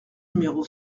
numéro